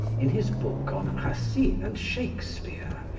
in his book on racine and shakespeare,